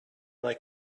like